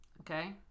Okay